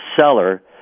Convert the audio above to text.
seller